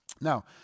Now